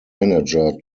manager